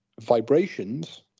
vibrations